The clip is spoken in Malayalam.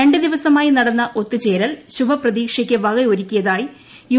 രണ്ടു ദിവസമായി നടന്ന ഒത്തുചേരൽ ശുഭപ്രതീക്ഷയ്ക്ക് വകയൊരുക്കിയതായി യു